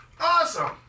Awesome